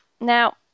Now